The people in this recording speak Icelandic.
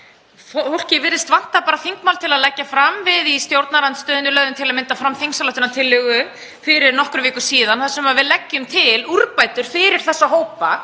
Fólk virðist vanta þingmál til að leggja fram. Við í stjórnarandstöðunni lögðum til að mynda fram þingsályktunartillögu fyrir nokkrum vikum þar sem við leggjum til úrbætur fyrir þessa hópa.